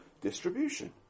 distribution